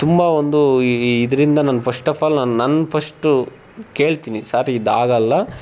ತುಂಬ ಒಂದು ಇದರಿಂದ ನಾನು ಫಸ್ಟ್ ಅಫ್ ಆಲ್ ನನ್ನ ನಾನು ಫಸ್ಟು ಕೇಳ್ತೀನಿ ಸಾರ್ ಇದಾಗೋಲ್ಲ